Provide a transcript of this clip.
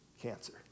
cancer